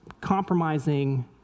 compromising